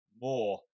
more